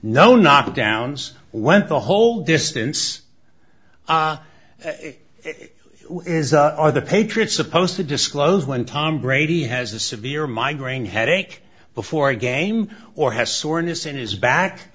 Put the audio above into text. no knock downs went the whole distance are the patriots supposed to disclose when tom brady has a severe migraine headache before a game or